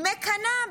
מקנאה